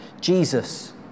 Jesus